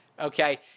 Okay